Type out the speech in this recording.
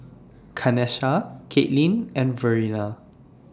Kanesha Caitlin and Verena